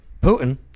Putin